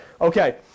Okay